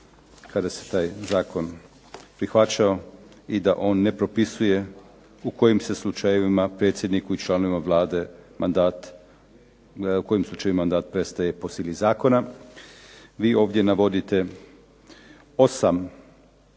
kada se taj zakon prihvaćao i da on ne propisuje u kojim se slučajevima predsjedniku i članovima Vlade mandat prestaje po sili zakona. Vi ovdje navodite osam